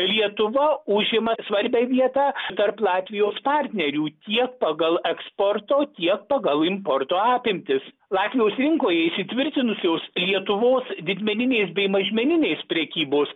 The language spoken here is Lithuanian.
lietuva užima svarbią vietą tarp latvijos partnerių tiek pagal eksporto tiek pagal importo apimtis latvijos rinkoje įsitvirtinusios lietuvos didmeninės bei mažmeninės prekybos